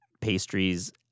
pastries